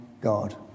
God